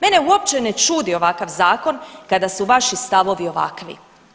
Mene uopće ne čudi ovakav zakon kada su vaši stavovi ovakvi.